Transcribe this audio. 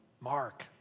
Mark